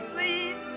Please